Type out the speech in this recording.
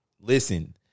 Listen